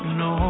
no